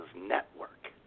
network